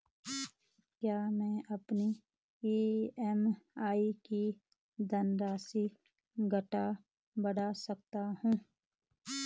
क्या मैं अपनी ई.एम.आई की धनराशि घटा बढ़ा सकता हूँ?